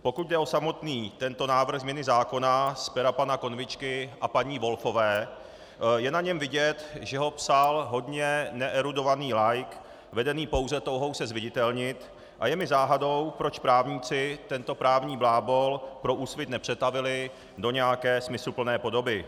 Pokud jde o samotný tento návrh změny zákona z pera pana Konvičky a paní Volfové, je na něm vidět, že ho psal hodně neerudovaný laik vedený pouze touhou se zviditelnit, a je mi záhadou, proč právníci tento právní blábol pro Úsvit nepřetavili do nějaké smysluplné podoby.